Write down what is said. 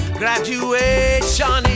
graduation